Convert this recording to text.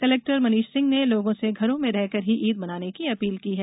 collector Manish Singh ने लोगों से घरों में रहकर ही ईद मनाने की अपील की है